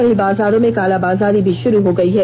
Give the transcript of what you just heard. वहीं बाजारों में कालाबाजारी भी शुरू हो गई है